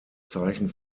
zeichen